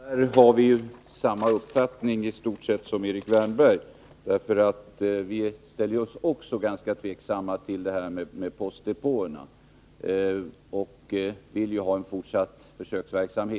Herr talman! På den punkten har vi i stort sett samma uppfattning som Erik Wärnberg. Också vi ställer oss tveksamma till frågan om postdepåerna, och vi vill ha en fortsatt försöksverksamhet.